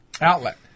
outlet